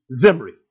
Zimri